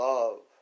Love